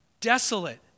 desolate